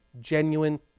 genuine